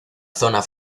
zona